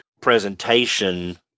presentation